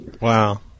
Wow